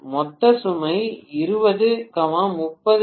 மொத்த சுமை 20 30 கே